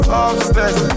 upstairs